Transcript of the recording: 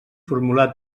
formular